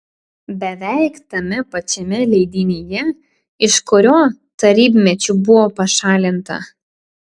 beveik tame pačiame leidinyje iš kurio tarybmečiu buvo pašalinta